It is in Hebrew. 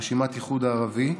רשימת האיחוד הערבי,